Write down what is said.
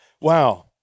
Wow